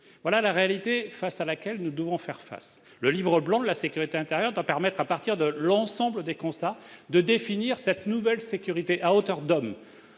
est la réalité à laquelle nous devons faire face. Le Livre blanc de la sécurité intérieure doit permettre, à partir de l'ensemble des constats, de définir une nouvelle sécurité, à hauteur d'hommes